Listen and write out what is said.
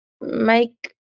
make